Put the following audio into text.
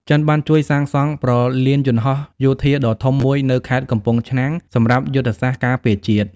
ចិនបានជួយសាងសង់ព្រលានយន្តហោះយោធាដ៏ធំមួយនៅខេត្តកំពង់ឆ្នាំងសម្រាប់យុទ្ធសាស្ត្រការពារជាតិ។